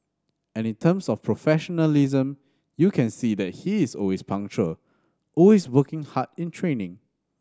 and in terms of professionalism you can see that he is always punctual always working hard in training